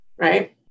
right